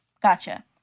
Gotcha